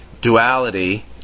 duality